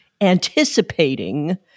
anticipating